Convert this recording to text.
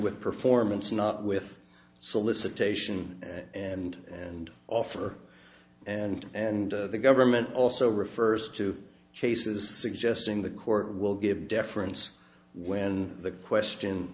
with performance not with solicitation and and offer and and the government also refers to cases suggesting the court will give deference when the question